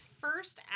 first